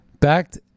Backed